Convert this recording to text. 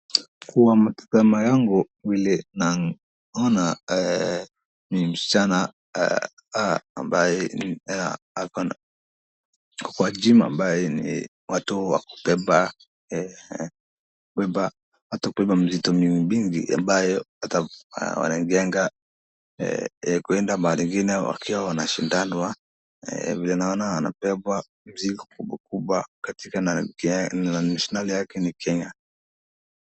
Kwa mtazamo yangu vile naona ni msichana ambaye ako kwa gym ambaye ni watu wa kubeba mizito mingi amabayo wanajenga kwenda mahali ingine wakiwa wanashindana vile naona wanabeba mzigo kubwa kubwa na nationality yake ni Kenya.